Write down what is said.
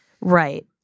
Right